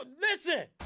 listen